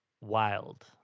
wild